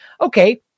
Okay